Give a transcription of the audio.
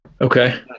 Okay